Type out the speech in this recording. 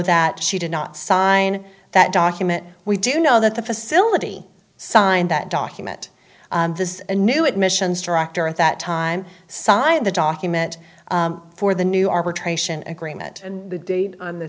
that she did not sign that document we do know that the facility signed that document this is a new admissions director at that time signed the document for the new arbitration agreement and the date on the